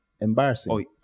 embarrassing